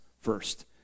first